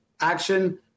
action